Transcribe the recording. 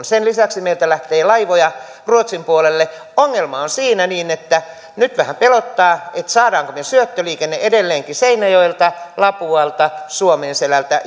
sen lisäksi meiltä lähtee laivoja ruotsin puolelle ongelma on siinä niin että nyt vähän pelottaa saammeko me syöttöliikenteen edelleenkin seinäjoelta lapualta suomenselältä